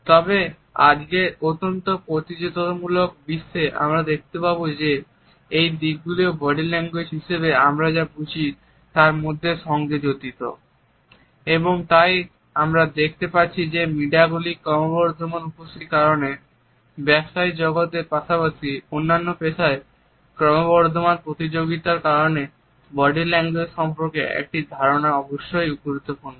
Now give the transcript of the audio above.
তবে আজকের অত্যন্ত প্রতিযোগিতামূলক বিশ্বে আমরা দেখতে পাই যে এই দিকগুলিও বডি ল্যাঙ্গুয়েজ হিসাবে আমরা যা বুঝি তার মধ্যেএবং তাই আমরা দেখতে পাচ্ছি যে মিডিয়াগুলির ক্রমবর্ধমান উপস্থিতির কারণে ব্যবসায় জগতের পাশাপাশি অন্যান্য পেশায় ক্রমবর্ধমান প্রতিযোগিতার কারণে বডি ল্যাঙ্গুয়েজ সম্পর্কে একটি ধারণা অবশ্যই গুরুত্বপূর্ণ